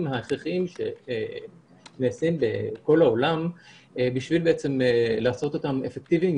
הכרחיים שנעשים בכל העולם בשביל בעצם לעשות אותם אפקטיביים,